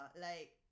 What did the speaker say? like-